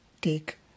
take